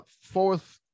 fourth